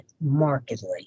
markedly